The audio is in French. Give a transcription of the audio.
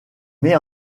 met